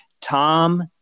Tom